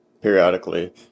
periodically